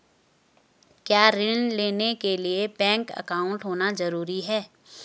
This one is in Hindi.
क्या ऋण लेने के लिए बैंक अकाउंट होना ज़रूरी है?